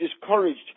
discouraged